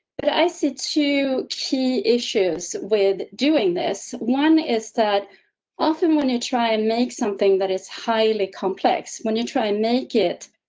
but i said two key issues with doing this one, is that often when you try and make something that is highly complex, when you try make it.